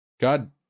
god